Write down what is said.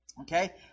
okay